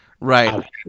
Right